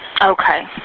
Okay